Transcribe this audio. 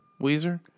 Weezer